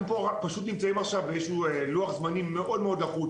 אנחנו נמצאים עכשיו בלוח זמנים מאוד לחוץ,